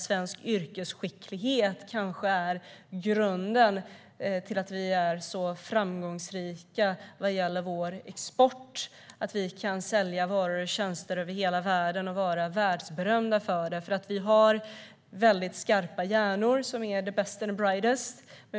Svensk yrkesskicklighet är kanske grunden till att vi är så framgångsrika vad gäller vår export. Vi kan sälja varor och tjänster över hela världen och vara världsberömda för det. Vi har väldigt skarpa hjärnor - de är the best and the brightest.